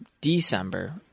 December